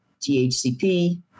THCP